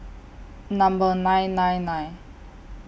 Number nine nine nine